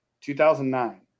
2009